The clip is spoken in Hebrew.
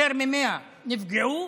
יותר מ-100 נפגעו.